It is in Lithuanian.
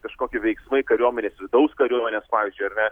kažkokie veiksmai kariuomenės vidaus kariuomenės pavyzdžiui ar ne